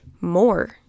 more